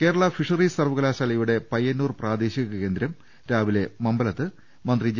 Kerala fisheries സർവകലാശാലയുടെ പ്യ്യന്നൂർ പ്രാദേശിക കേന്ദ്രം രാവിലെ മമ്പലത്ത് മന്ത്രി ജെ